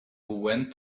went